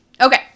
Okay